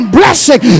blessing